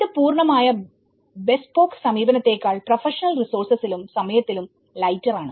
ഇത് പൂർണമായ ബെസ്പോക്ക് സമീപനത്തെക്കാൾ പ്രൊഫഷണൽ റിസോഴ്സസിലും സമയത്തിലും ലൈറ്റർ ആണ്